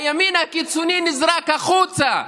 הימין הקיצוני נזרק החוצה,